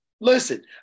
Listen